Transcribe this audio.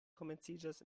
komenciĝas